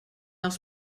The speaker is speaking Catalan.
els